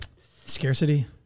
scarcity